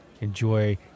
enjoy